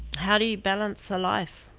how do you balance a life